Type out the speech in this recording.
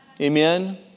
Amen